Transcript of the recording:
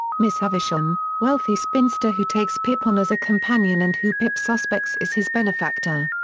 miss havisham, wealthy spinster who takes pip on as a companion and who pip suspects is his benefactor.